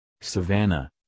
Savannah